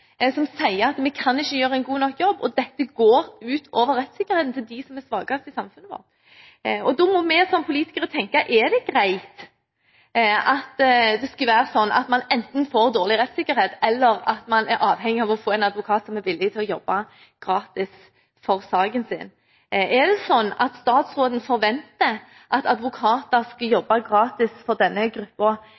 som sier at de ikke kan gjøre en god nok jobb, at dette går ut over rettssikkerheten til dem som er svakest i samfunnet vårt. Da må vi som politikere tenke: Er det greit at det skal være sånn at man enten får dårlig rettssikkerhet eller at man er avhengig av å få en advokat som er villig til å jobbe gratis for saken sin? Er det sånn at statsråden forventer at advokater skal jobbe gratis for denne